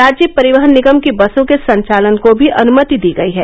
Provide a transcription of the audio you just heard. राज्य परिवहन निगम की बसों के संचालन को भी अनुमति दी गयी है